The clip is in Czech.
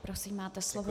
Prosím, máte slovo.